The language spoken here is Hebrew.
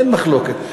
אין מחלוקת.